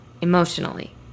emotionally